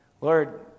Lord